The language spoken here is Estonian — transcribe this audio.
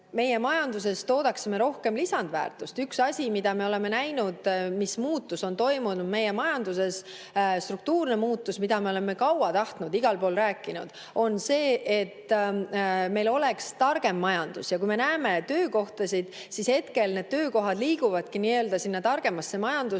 me majanduses toodaksime rohkem lisandväärtust. Üks asi, mida me oleme näinud, mis muutus on toimunud meie majanduses, struktuurne muutus, mida me oleme kaua tahtnud, igal pool rääkinud, on see, et meil oleks targem majandus, ja kui me näeme töökohtasid, siis hetkel need töökohad liiguvadki sinna targemasse majandusse.